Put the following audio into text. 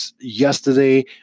yesterday